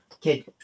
Kid